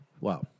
wow